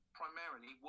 primarily